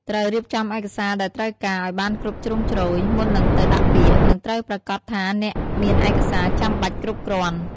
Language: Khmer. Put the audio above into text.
ត្រូវរៀបចំឯកសារដែលត្រូវការឲ្យបានគ្រប់ជ្រុងជ្រោយ មុននឹងទៅដាក់ពាក្យ និងត្រូវប្រាកដថាអ្នកមានឯកសារចាំបាច់គ្រប់គ្រាន់។